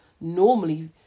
normally